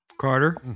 Carter